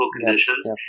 conditions